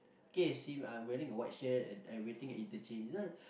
okay see I'm wearing a white shirt and I waiting at interchange this one